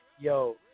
Yo